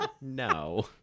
No